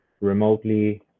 remotely